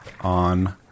on